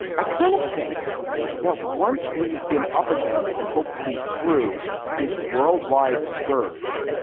i kind of think that once we've been up against and hopefully through this worldwide scourge,